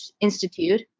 Institute